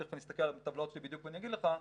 תיכף אני אסתכל על הטבלאות שלי בדיוק ואני אגיד לך,